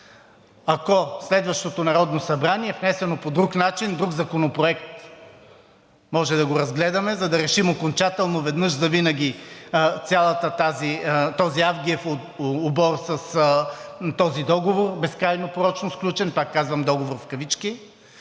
Ако в следващото Народно събрание е внесено по друг начин, друг законопроект, може да го разгледаме, за да решим окончателно веднъж завинаги целия този авгиев обор с този договор, безкрайно порочно сключен – пак казвам, договор в кавички